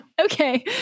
Okay